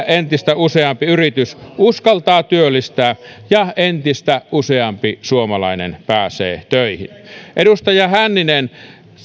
entistä useampi yritys uskaltaa työllistää ja entistä useampi suomalainen pääsee töihin edustaja hänninen